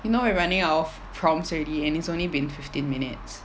you know we running out of prompts already and it's only been fifteen minutes